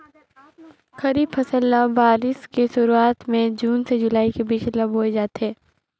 खरीफ फसल ल बारिश के शुरुआत में जून से जुलाई के बीच ल बोए जाथे